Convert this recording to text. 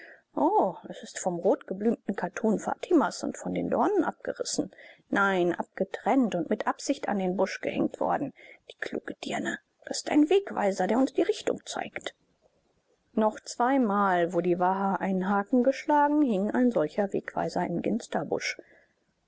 o es ist vom rotgeblümten kattun fatimas und von den dornen abgerissen nein abgetrennt und mit absicht an den busch gehängt worden die kluge dirne das ist ein wegweiser der uns die richtung zeigt noch zweimal wo die waha einen haken geschlagen hing ein solcher wegweiser im